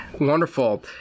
Wonderful